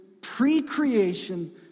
pre-creation